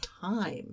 time